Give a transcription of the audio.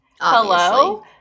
Hello